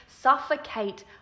suffocate